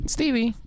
Stevie